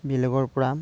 বেলেগৰপৰা